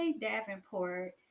Davenport